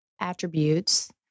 attributes